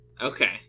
Okay